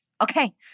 Okay